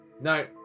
no